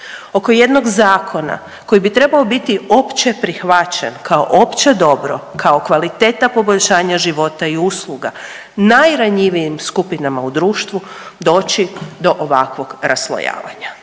oko jednog zakona koji bi trebao bi trebao biti opće prihvaćen kao opće dobro, kao kvaliteta poboljšanja života i usluga najranjivijim skupinama u društvu doći do ovakvog raslojavanja.